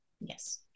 Yes